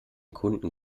kunden